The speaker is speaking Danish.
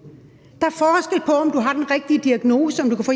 få hjælp – altså om du har den rigtige diagnose . Så